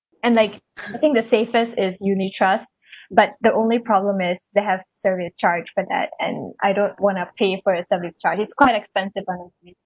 and like I think the safest is unit trust but the only problem is they have service charge for that and I don't want to pay for the service charge it's quite expensive [one]